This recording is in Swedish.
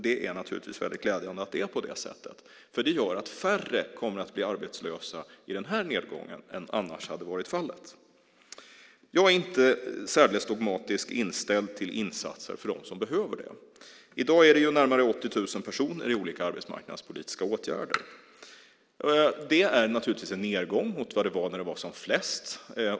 Det är naturligtvis väldigt glädjande, för det gör att färre kommer att bli arbetslösa i den här nedgången än annars hade varit fallet. Jag är inte särdeles dogmatiskt inställd till insatser för dem som behöver dem. I dag är det närmare 80 000 personer i olika arbetsmarknadspolitiska åtgärder. Det är naturligtvis en nedgång mot vad det var när det var som flest.